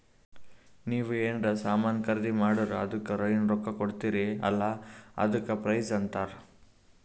ನೀವ್ ಎನ್ರೆ ಸಾಮಾನ್ ಖರ್ದಿ ಮಾಡುರ್ ಅದುಕ್ಕ ಎನ್ ರೊಕ್ಕಾ ಕೊಡ್ತೀರಿ ಅಲ್ಲಾ ಅದಕ್ಕ ಪ್ರೈಸ್ ಅಂತಾರ್